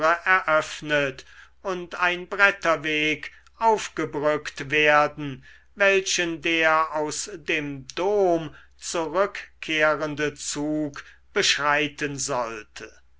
eröffnet und ein bretterweg aufgebrückt werden welchen der aus dem dom zurückkehrende zug beschreiten sollte